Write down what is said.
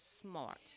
Smart